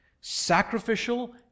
sacrificial